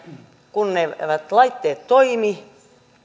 kun eivät laitteet toimi